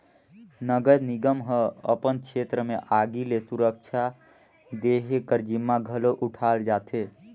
नगर निगम ह अपन छेत्र में आगी ले सुरक्छा देहे कर जिम्मा घलो उठाल जाथे